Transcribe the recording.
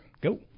Go